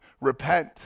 Repent